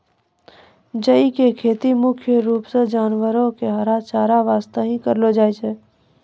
जई के खेती मुख्य रूप सॅ जानवरो के हरा चारा वास्तॅ हीं करलो जाय छै